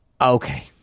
okay